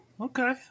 Okay